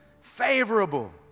Favorable